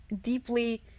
deeply